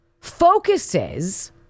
focuses